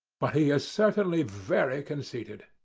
but he is certainly very conceited.